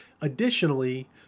Additionally